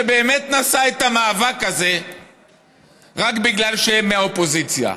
שבאמת נשא את המאבק הזה רק בגלל שהם מהאופוזיציה.